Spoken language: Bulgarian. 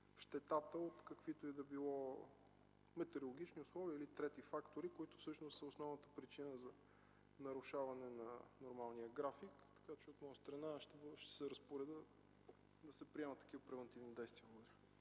от каквито и да е било метеорологични условия и трети фактори, които всъщност са основната причина за нарушаване на нормалния график. От моя страна аз ще се разпоредя да се приемат такива превантивни действия.